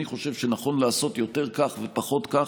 אני חושב שנכון לעשות יותר כך ופחות כך,